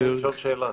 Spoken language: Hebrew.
אפשר לשאול שאלה?